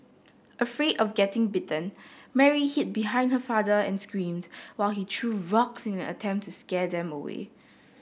afraid of getting bitten Mary hid behind her father and screamed while he threw rocks in an attempt to scare them away